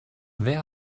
wer